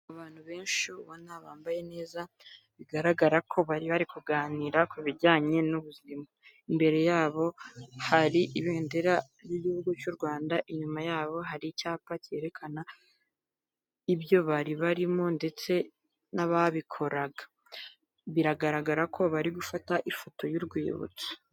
Abantu benshi ubona bambaye neza bigaragara ko bari bari kuganira ku bijyanye n'ubuzima imbere yabo hari ibendera ry'igihugu cy'u Rwanda inyuma yabo hari icyapa cyerekana ibyo bari barimo ndetse n'ababikoraga biragaragara ko bari gufata ifoto y'urwibutso.